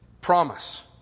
Promise